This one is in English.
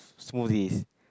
smoothies